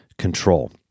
control